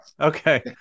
Okay